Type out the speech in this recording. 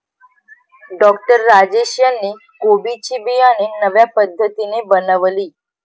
doctor Rajesh यांनी कोबी ची बियाणे नव्या पद्धतीने बनवली